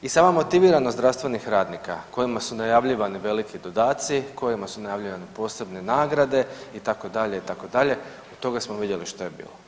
I sama motiviranost zdravstvenih radnika kojima su najavljivani veliki dodati, kojima su najavljene posebne nagrade itd. od toga smo vidjeli što je bilo.